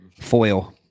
foil